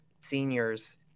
seniors